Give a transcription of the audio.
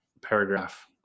paragraph